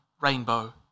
Rainbow